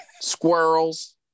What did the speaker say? squirrels